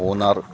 Munnar